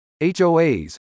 HOAs